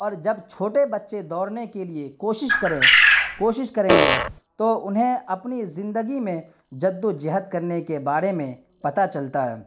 اور جب چھوٹے بچے دوڑنے کے لیے کوشش کریں کوشش کریں گے تو انہیں اپنی زندگی میں جد و جہد کرنے کے بارے میں پتہ چلتا ہے